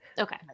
Okay